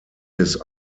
his